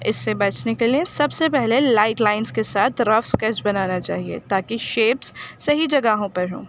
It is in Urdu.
اس سے بیچنے کے لیے سب سے پہلے لائٹ لائنس کے ساتھ رف اسکیچ بنانا چاہیے تاکہ شیپس صحیح جگہوں پر ہوں